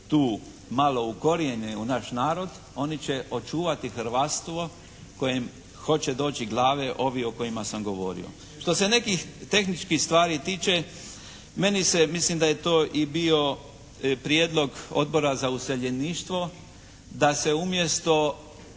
tu malo u korijenje u naš narod, oni će očuvati hrvatstvo kojem hoće doći glave ovi o kojima sam govorio. Što se nekih tehničkih stvari tiče, meni se mislim da je to i bio prijedlog Odbora za useljeništvo, da se umjesto